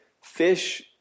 fish